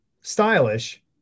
stylish